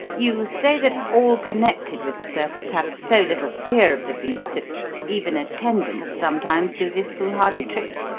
you say that all connected with the circus have so little fear of the beast that even attendants sometimes do this foolhardy trick.